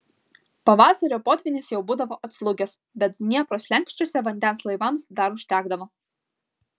pavasario potvynis jau būdavo atslūgęs bet dniepro slenksčiuose vandens laivams dar užtekdavo